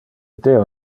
deo